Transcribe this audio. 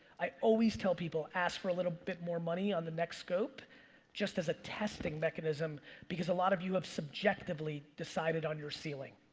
i always tell people ask for a little bit more money on the next scope just as a testing mechanism because a lot of you have subjectively decided on your ceiling.